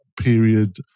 period